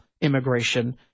immigration